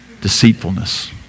deceitfulness